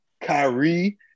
Kyrie